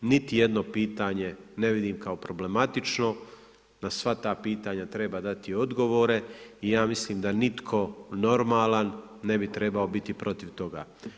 Niti jedno pitanje ne vidim kao problematično, na sva ta pitanja treba dati odgovore i ja mislim da nitko normalan ne bi trebao biti protiv toga.